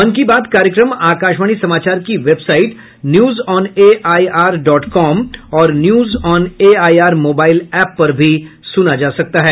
मन की बात कार्यक्रम आकाशवाणी समाचार की वेबसाइट न्यूजऑनएआईआर डॉट कॉम और न्यूजऑनएआईआर मोबाईल एप पर भी सुना जा सकता है